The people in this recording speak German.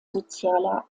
sozialer